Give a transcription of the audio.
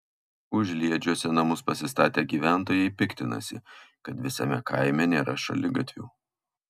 užliedžiuose namus pasistatę gyventojai piktinasi kad visame kaime nėra šaligatvių